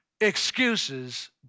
Excuses